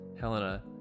Helena